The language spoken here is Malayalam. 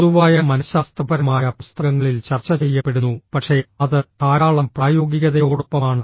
പൊതുവായ മനഃശാസ്ത്രപരമായ പുസ്തകങ്ങളിൽ ചർച്ച ചെയ്യപ്പെടുന്നു പക്ഷേ അത് ധാരാളം പ്രായോഗികതയോടൊപ്പമാണ്